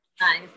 nice